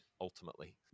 ultimately